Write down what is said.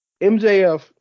MJF